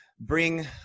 Bring